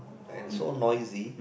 and so noisy